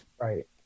Right